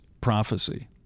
prophecy